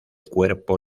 cuerpo